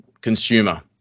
consumer